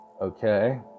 okay